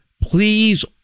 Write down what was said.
Please